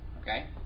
Okay